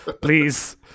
please